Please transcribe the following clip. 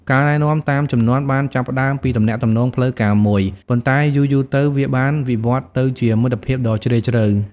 ការណែនាំតាមជំនាន់បានចាប់ផ្តើមពីទំនាក់ទំនងផ្លូវការមួយ ប៉ុន្តែយូរៗទៅវាបានវិវត្តន៍ទៅជាមិត្តភាពដ៏ជ្រាលជ្រៅ។